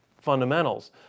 fundamentals